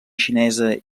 xinesa